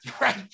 right